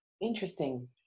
Interesting